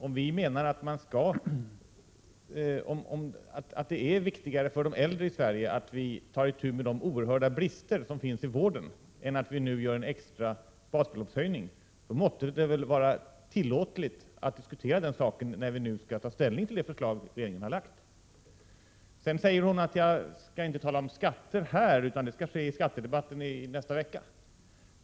Om vi menar att det är viktigare för de äldre i Sverige att vi tar itu med de oerhörda brister som finns i vården än att nu göra en extra basbeloppshöjning, då måtte det väl vara tillåtligt att diskutera den saken när vi nu skall ta ställning till det förslag regeringen har lagt fram. Sedan säger hon att jag inte skall tala om skatter nu, utan det kan jag göra i skattedebatten nästa vecka.